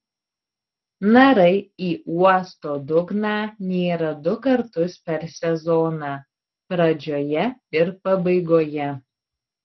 narai į uosto dugną nyra du kartus per sezoną pradžioje ir pabaigoje